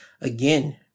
again